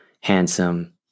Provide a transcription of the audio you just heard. handsome